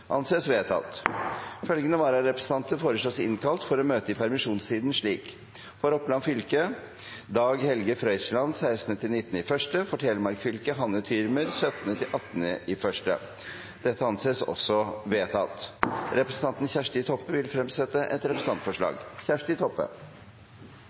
Følgende vararepresentanter innkalles for å møte i permisjonstiden slik: For Oppland fylke: Dag Helge Frøisland 16.–19. januar For Telemark fylke: Hanne Thürmer 17.–18. januar Representanten Kjersti Toppe vil fremsette et